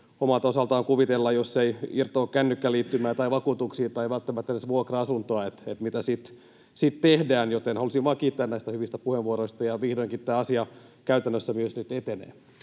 omalta osaltaan kuvitella, jos ei irtoa kännykkäliittymää tai vakuutuksia tai välttämättä edes vuokra-asuntoa, mitä sitten tehdään. Halusin vain kiittää näistä hyvistä puheenvuoroista, ja vihdoinkin tämä asia nyt käytännössä myös etenee.